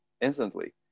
instantly